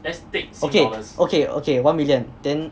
okay okay okay one million then